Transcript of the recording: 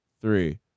three